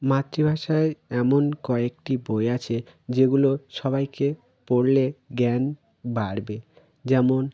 মাতৃভাষায় এমন কয়েকটি বই আছে যেগুলো সবাইকে পড়লে জ্ঞান বাড়বে যেমন